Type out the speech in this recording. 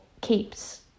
keeps